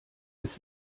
als